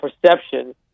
perception